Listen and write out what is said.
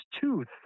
tooth